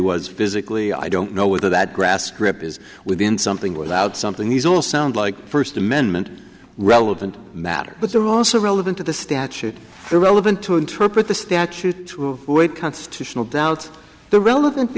was physically i don't know where that grass strip is within something without something he's all sound like first amendment relevant matter but they're also relevant to the statute they're relevant to interpret the statute to avoid constitutional doubt the relevant